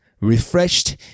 refreshed